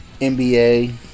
NBA